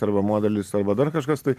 arba modelis arba dar kažkas tai